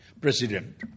President